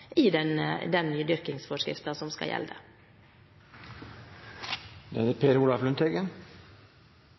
i den nydyrkingsforskriften som skal gjelde.